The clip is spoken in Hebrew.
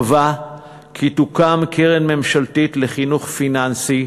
קבע כי תוקם קרן ממשלתית לחינוך פיננסי,